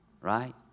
right